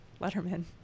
Letterman